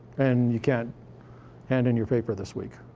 and you can't hand in your paper this week.